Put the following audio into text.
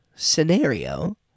scenario